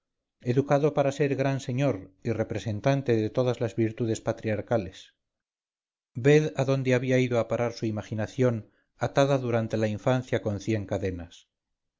educado para ser gran señor y representante de todas las virtudes patriarcales ved a dónde había ido a parar su imaginación atada durante la infancia con cien cadenas